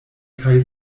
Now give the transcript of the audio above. kaj